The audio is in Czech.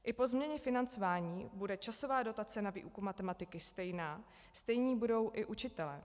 I po změně financování bude časová dotace na výuku matematiky stejná, stejní budou i učitelé.